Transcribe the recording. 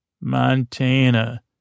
Montana